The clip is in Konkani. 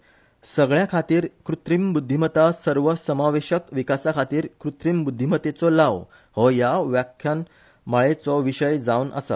सगळ्यांखातरी कृत्रिम ब्रध्दीमत्ता सर्वसमावेशक विकासाखातीर कृत्रिम बुध्दीमत्तेचो लाव हो ह्या व्याख्याम माळेचो विशय जावन आसा